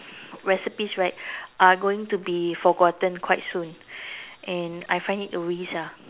recipes right are going to be forgotten quite soon and I find it a waste ah